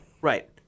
Right